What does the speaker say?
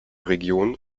region